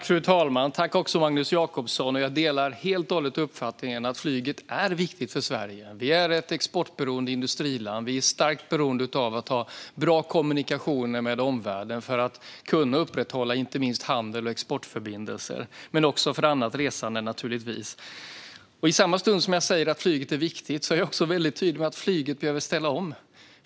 Fru talman! Jag delar helt uppfattningen att flyget är viktigt för Sverige. Vi är ett exportberoende industriland. Vi är starkt beroende av att ha bra kommunikationer med omvärlden för att kunna upprätthålla inte minst handel och exportförbindelser men också naturligtvis för annat resande. I samma stund som jag säger att flyget är viktigt är jag också väldigt tydlig med att flyget behöver ställa om.